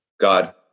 God